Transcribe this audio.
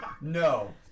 No